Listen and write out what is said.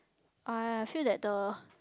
I feel that the